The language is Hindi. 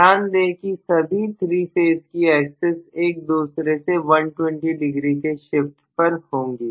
ध्यान दें कि सभी 3 फेज की एक्सेस एक दूसरे से 120 डिग्री के शिफ्ट पर होंगी